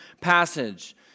passage